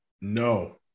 No